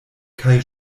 kaj